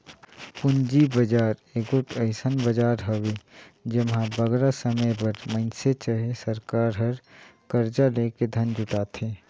पूंजी बजार एगोट अइसन बजार हवे जेम्हां बगरा समे बर मइनसे चहे सरकार हर करजा लेके धन जुटाथे